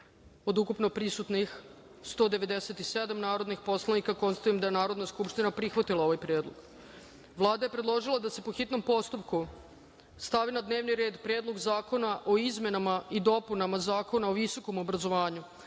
nisu glasala 53 narodna poslanika. Konstatujem da je Narodna skupština prihvatila ovaj predlog. Vlada je predložila da se, po hitnom postupku, stavi na dnevni red Predlog zakona o izmenama i dopunama Zakona o srednjem obrazovanju